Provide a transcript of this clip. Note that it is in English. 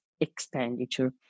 expenditure